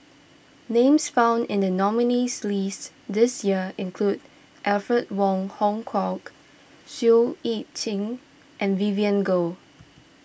names found in the nominees' list this year include Alfred Wong Hong Kwok Seow Yit Qin and Vivien Goh